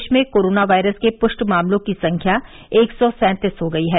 देश में corona virus के पुष्ट मामलों की संख्या एक सौ सैंतीस हो गई है